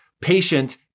patient